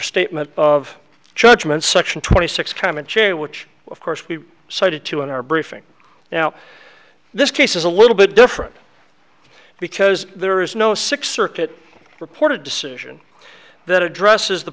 statement of judgment section twenty six time and chair which of course we cited to in our briefing now this case is a little bit different because there is no sixth circuit reported decision that addresses the